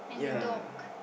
ya